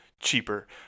cheaper